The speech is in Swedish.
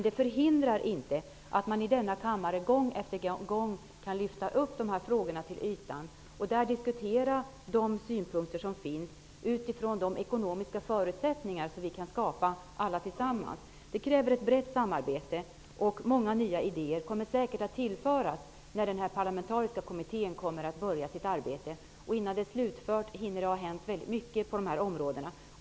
Det förhindrar inte att vi i denna kammare gång efter gång kan lyfta upp dessa frågor till ytan och diskutera de synpunkter som finns utifrån de ekonomiska förutsättningar som vi alla tillsammans kan skapa. Det kräver ett brett samarbete. Många nya idéer kommer säkert att tillföras när den parlamentariska kommittén kommer att börja sitt arbete. Det hinner hända väldigt mycket på de här områdena innan det arbetet är slutfört.